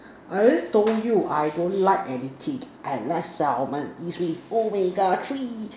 I told you I don't like any kick and life settlement easily always got tree